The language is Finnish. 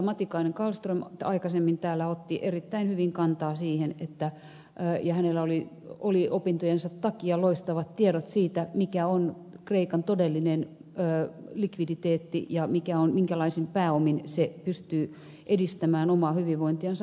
matikainen kallström aikaisemmin täällä otti erittäin hyvin kantaa siihen ja hänellä oli opintojensa takia loistavat tiedot siitä mikä on kreikan todellinen likviditeetti ja minkälaisin pääomin se pystyy edistämään omaa hyvinvointiansa muutenkin